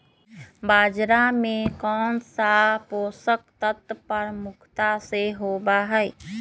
बाजरा में कौन सा पोषक तत्व प्रमुखता से होबा हई?